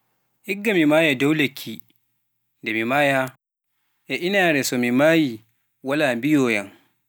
Igga mi maaya dow lekki nde mi maaya inaare so mi maayi waala ngi ooyam.